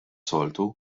soltu